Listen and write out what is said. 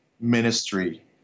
ministry